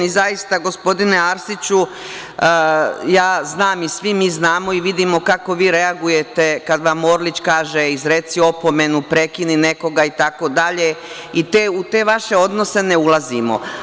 Zaista, gospodine Arsiću, ja znam i svi mi znamo i vidimo kako vi reagujete kad vam Orlić kaže – izreci opomenu, prekini nekoga itd. i u te vaše odnose ne ulazimo.